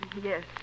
Yes